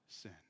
sin